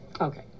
Okay